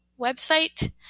website